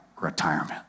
retirement